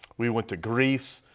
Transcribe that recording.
we went to greece,